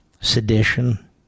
Sedition